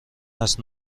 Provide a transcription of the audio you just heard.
است